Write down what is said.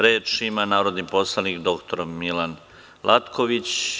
Reč ima narodni poslanik dr Milan Latković.